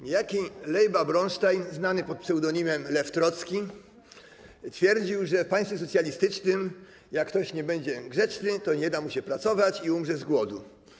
Niejaki Lejba Bronsztejn znany pod pseudonimem Lew Trocki twierdził, że w państwie socjalistycznym jak ktoś nie będzie grzeczny, to nie da mu się pracować i umrze z głodu.